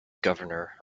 governor